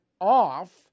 off